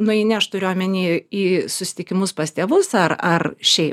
nueini aš turiu omeny į susitikimus pas tėvus ar ar šiaip